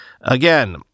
Again